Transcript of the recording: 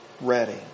ready